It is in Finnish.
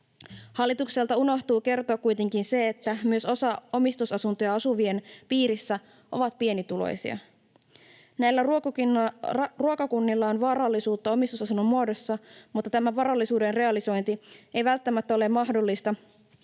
Hallitukselta unohtuu kertoa kuitenkin se, että myös osaomistusasuntoja asuvien piirissä on pienituloisia. Näillä ruokakunnilla on varallisuutta omistusasunnon muodossa, mutta tämä varallisuuden realisointi ei välttämättä ole mahdollista